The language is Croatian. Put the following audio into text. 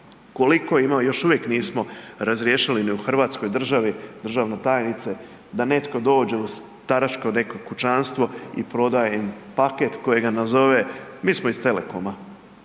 Koliko ima, još uvijek nismo razriješili ni u Hrvatskoj državi, državna tajnice, da netko dođe u staračko neko kućanstvo i prodaje im paket kojega nazove mi smo iz Telekoma,